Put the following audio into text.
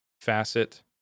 facet